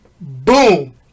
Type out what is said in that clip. boom